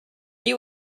you